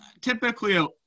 Typically